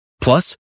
Plus